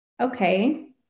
okay